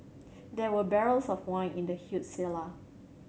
there were barrels of wine in the huge cellar